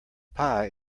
pie